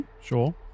sure